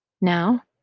Now